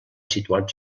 situats